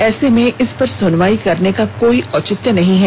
ऐसे में इसपर सुनवाई करने का कोई औचित्य नहीं है